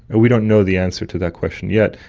and we don't know the answer to that question yet,